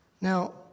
Now